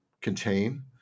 contain